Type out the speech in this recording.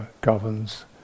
governs